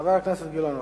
חבר הכנסת אילן גילאון,